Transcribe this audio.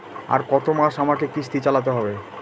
আর কতমাস আমাকে কিস্তি চালাতে হবে?